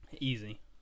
Easy